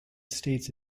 states